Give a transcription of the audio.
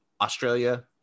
Australia